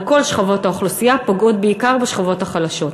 כל שכבות האוכלוסייה פוגעות בעיקר בשכבות החלשות.